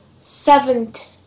seventh